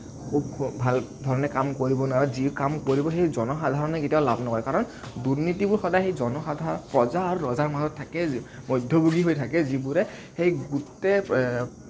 খুব ভাল ধৰণে কাম কৰিব নোৱাৰে আৰু যি কাম কৰিব সেই জনসাধাৰণে কেতিয়াও লাভ নহয় কাৰণ দুৰ্নীতিবোৰ সদায় সেই জনসাধাৰণ প্ৰজা আৰু ৰজাৰ মাজত থাকে মধ্যভোগী হৈ থাকে যিবোৰে সেই গোটেই